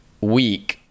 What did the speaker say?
week